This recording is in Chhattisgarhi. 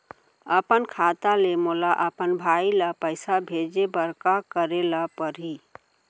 अपन खाता ले मोला अपन भाई ल पइसा भेजे बर का करे ल परही?